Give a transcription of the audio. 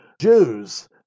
Jews